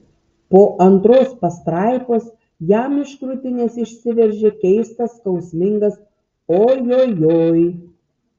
po antros pastraipos jam iš krūtinės išsiveržė keistas skausmingas ojojoi